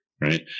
right